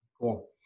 Cool